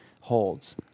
holds